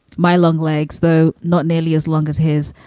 my long legs, though not nearly as long as his,